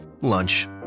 Lunch